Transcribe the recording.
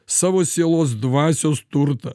savo sielos dvasios turtą